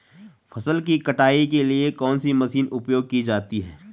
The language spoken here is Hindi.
फसल की कटाई के लिए कौन सी मशीन उपयोग की जाती है?